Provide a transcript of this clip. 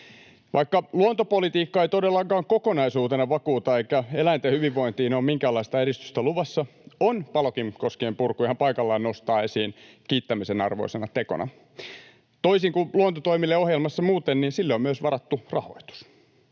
Vaikka luontopolitiikka ei todellakaan kokonaisuutena vakuuta eikä eläinten hyvinvointiin on minkäänlaista edistystä luvassa, on Palokin koskien purku ihan paikallaan nostaa esiin kiittämisen arvoisena tekona. Toisin kuin luontotoimille ohjelmassa muuten, sille on myös varattu rahoitus.